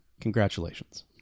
Congratulations